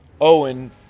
Owen